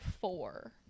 four